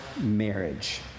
marriage